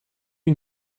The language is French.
une